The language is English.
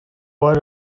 what